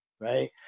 right